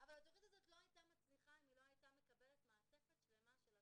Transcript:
שזו שאלה תקציבית ואני מקווה שאפשר לשמוע על